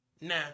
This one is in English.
Nah